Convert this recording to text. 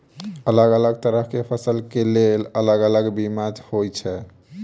अलग अलग तरह केँ फसल केँ लेल अलग अलग बीमा होइ छै?